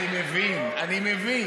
אני מבין, אני מבין.